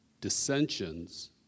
dissensions